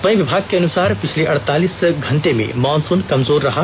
वहीं विभाग के अनुसार पिछले अड़तालीस घंटे में मॉनसून कमजोर रहा